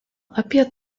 apie